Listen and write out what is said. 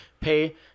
pay